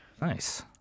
Nice